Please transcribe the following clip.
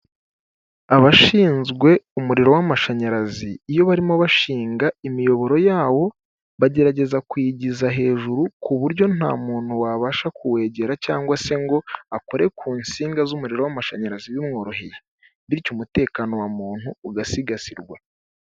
Abashinzwe umuriro w'amashanyarazi iyo barimo bashinga imiyoboro yawo bagerageza kuyigiza hejuru ku buryo nta muntu wabasha kuwegera cyangwa se ngo akore ku nsinga z'umuriro w'amashanyarazi bimworoheye, bityo umutekano wa muntu ugasigasirwa,